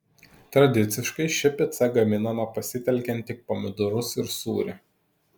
tradiciškai ši pica gaminama pasitelkiant tik pomidorus ir sūrį